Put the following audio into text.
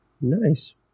Nice